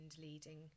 leading